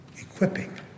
equipping